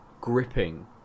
gripping